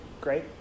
great